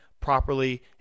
properly